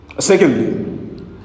Secondly